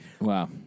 Wow